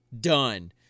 done